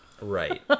Right